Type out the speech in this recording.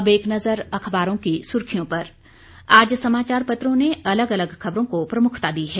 अब एक नजर अखबारों की सुर्खियों पर आज समाचार पत्रों ने अलग अलग खबरों को प्रमुखता दी है